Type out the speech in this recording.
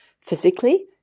physically